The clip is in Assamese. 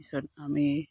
পিছত আমি